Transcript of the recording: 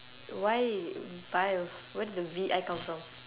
why vilf where do the V I come from